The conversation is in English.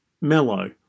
mellow